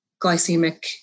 glycemic